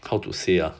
how to say ah